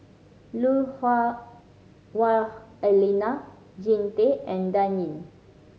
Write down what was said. Lui Hah Wah Elena Jean Tay and Dan Ying